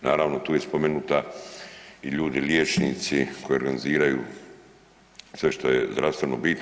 Naravno tu je spomenuta i ljudi liječnici koji organiziraju sve što je zdravstveno bitno.